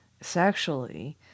sexually